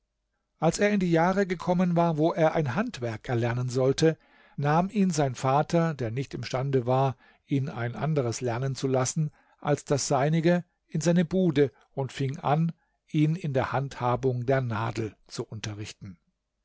als er in die jahre gekommen war wo er ein handwerk erlernen sollte nahm ihn sein vater der nicht im stande war ihn ein anderes lernen zu lassen als das seinige in seine bude und fing an ihn in der handhabung der nadel zu unterrichten